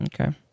okay